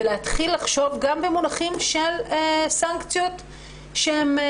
ולהתחיל לחשוב גם במונחים של סנקציות יותר